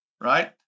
right